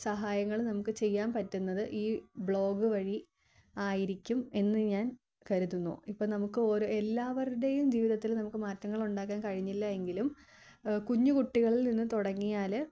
സഹായങ്ങൾ നമുക്ക് ചെയ്യാൻ പറ്റുന്നത് ഈ ബ്ലോഗ് വഴി ആയിരിക്കും എന്നു ഞാൻ കരുതുന്നു ഇപ്പം നമുക്ക് ഓരോ എല്ലാവരുടെയും ജീവിതത്തിൽ നമുക്ക് മാറ്റങ്ങളുണ്ടാക്കാൻ കഴിഞ്ഞില്ല എങ്കിലും കുഞ്ഞു കുട്ടികളിൽ നിന്ന് തുടങ്ങിയാൽ